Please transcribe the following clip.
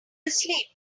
asleep